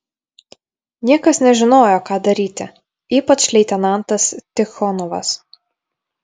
niekas nežinojo ką daryti ypač leitenantas tichonovas